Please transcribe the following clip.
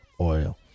oil